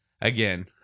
again